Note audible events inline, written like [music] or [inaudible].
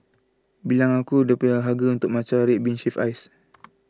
belong a good [unintelligible] Matcha Red Bean Shaved Ice